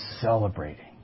celebrating